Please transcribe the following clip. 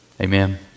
Amen